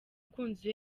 mukunzi